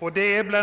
Bl.